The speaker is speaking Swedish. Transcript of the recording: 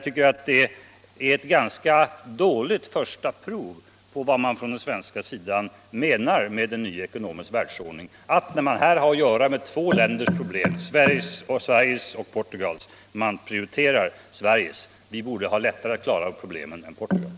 Detta är ett ganska dåligt första prov på vad man från den svenska sidan menar med en ny ekonomisk världsordning — när man har att göra med två länders problem, Sveriges och Portugals, prioriterar man alltså Sveriges. Vi borde ha lättare att klara problemen än Portugal.